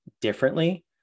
differently